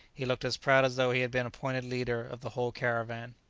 he looked as proud as though he had been appointed leader of the whole caravan.